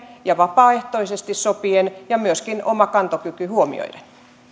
ja vapaaehtoisesti sopien ja myöskin oman kantokykymme huomioiden